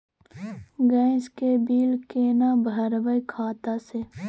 Gas के bill केना भरबै खाता से?